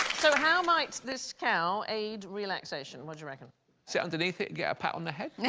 so how might this cow aid relaxation what do you reckon sit underneath it get a pat on the head